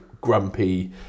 grumpy